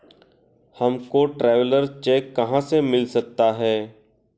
हमको traveller cheque कहाँ से मिल सकता है?